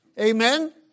Amen